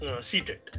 seated